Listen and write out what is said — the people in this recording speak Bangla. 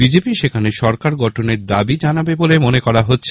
বিজেপি সেখানে সরকার গঠনের দাবি জানাবে বলে মনে করা হচ্ছে